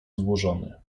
złożony